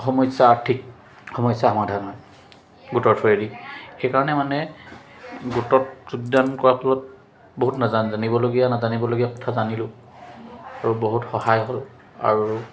সমস্যা আৰ্থিক সমস্যা সমাধান হয় গোটৰ থ্ৰোৱেদি সেইকাৰণে মানে গোটত যোগদান কৰাৰ ফলত বহুত নাজান জানিবলগীয়া নাজানিবলগীয়া কথা জানিলোঁ আৰু বহুত সহায় হ'ল আৰু